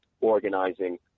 organizing